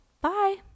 bye